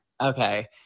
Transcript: Okay